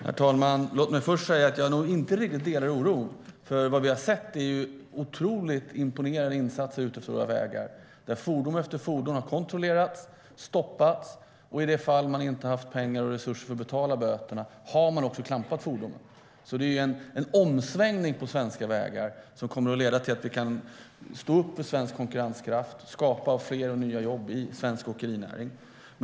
Herr talman! Låt mig först säga att jag inte riktigt delar oron. Vi har sett otroligt imponerande insatser ute på våra vägar, där fordon efter fordon har kontrollerats och stoppats. I de fall man inte haft pengar eller resurser för att betala böterna har fordon också klampats. Det sker en omsvängning på svenska vägar som kommer att leda till att vi kan stå upp för svensk konkurrenskraft och skapa fler nya jobb inom svensk åkerinäring.